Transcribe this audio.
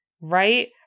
Right